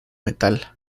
metal